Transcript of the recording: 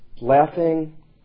laughing